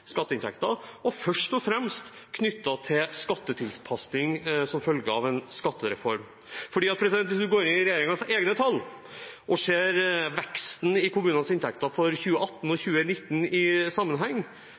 skatteinntekter – først og fremst knyttet til skattetilpasning som følge av en skattereform. Hvis en går inn i regjeringens egne tall og ser veksten i kommunenes inntekter for 2018 og